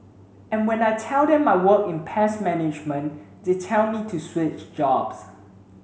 and when I tell them I work in pest management they tell me to switch jobs